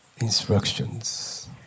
instructions